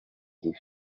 roux